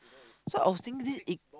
so I was thinking this